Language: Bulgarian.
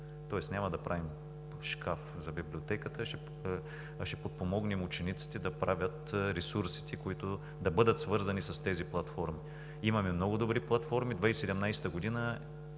тоест няма да правим шкаф за Библиотеката, а ще подпомогнем учениците да правят ресурсите, да бъдат свързани с тези платформи. Имаме много добри платформи. През 2017